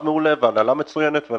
מעולה והנהלה מצוינת ואנחנו נגיע להסכמות.